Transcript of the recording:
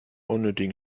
unnötigen